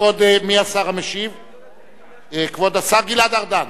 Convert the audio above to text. השר גלעד ארדן